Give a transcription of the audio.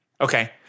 Okay